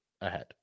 ahead